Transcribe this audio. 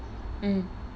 mm